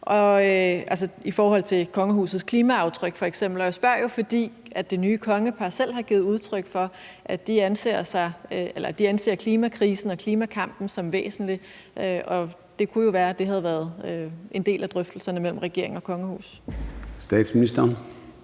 i forhold til kongehusets klimaaftryk. Og jeg spørger jo, fordi det nye kongepar selv har givet udtryk, at de anser klimakrisen og klimakampen som væsentlige, og at det jo kunne være, at det havde været en del af drøftelserne mellem regeringen og kongehuset.